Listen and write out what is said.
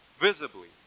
visibly